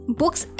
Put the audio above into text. books